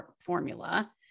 formula